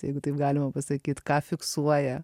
jeigu taip galima pasakyt ką fiksuoja